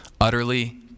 utterly